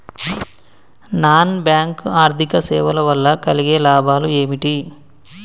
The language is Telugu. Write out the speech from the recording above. నాన్ బ్యాంక్ ఆర్థిక సేవల వల్ల కలిగే లాభాలు ఏమిటి?